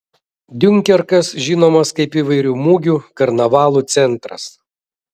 diunkerkas žinomas kaip įvairių mugių karnavalų centras